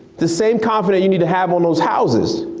the same confidence you need to have on those houses.